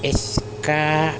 اس کا